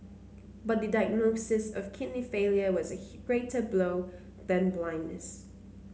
but the diagnosis of kidney failure was a greater blow than blindness